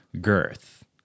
girth